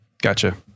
Gotcha